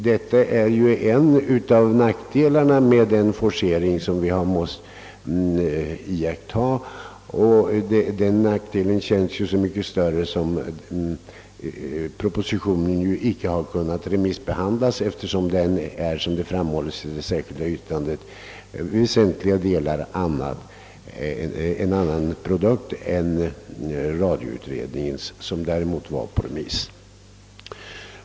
Detta är en av nackdelarna med den forcering som vi tvingats till, och den nackdelen känns så mycket större som propositionen inte har kunnat remissbehandlas, då den, som det framhålles i det särskilda yttrandet, i väsentliga delar är en annan produkt än radioutredningens som däremot var på remiss.